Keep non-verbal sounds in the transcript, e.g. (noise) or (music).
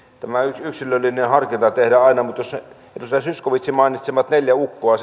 tämä yksilöllinen harkinta tehdään aina mutta jos edustaja zyskowiczin mainitsemia neljää ukkoa (unintelligible)